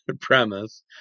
premise